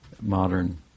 modern